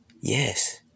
yes